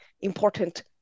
important